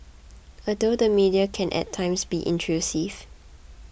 although the media can at times be intrusive